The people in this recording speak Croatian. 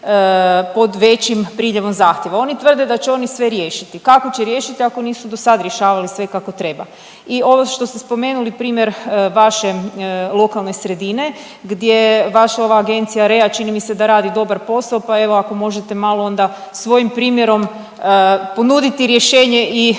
pod većim priljevom zahtjeva. Oni tvrde da će oni sve riješiti. Kako će riješiti ako nisu do sad rješavali sve kako treba? I ovo što ste spomenuli primjer vaše lokalne sredine gdje ova vaša agencija REA čini mi se da radi dobar posao, pa evo ako možete malo onda svojim primjerom ponuditi rješenje i